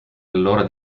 allora